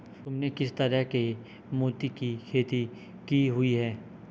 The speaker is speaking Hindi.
तुमने किस तरह के मोती की खेती की हुई है?